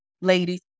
ladies